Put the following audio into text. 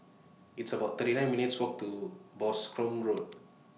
It's about thirty nine minutes' Walk to Boscombe Road